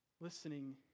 listening